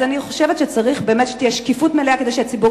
אז אני חושבת שצריך באמת שתהיה שקיפות מלאה כדי שהציבור